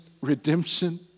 redemption